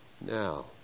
Now